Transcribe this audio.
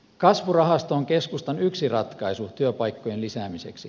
kasvurahasto on keskustan yksi ratkaisu työpaikkojen lisäämiseksi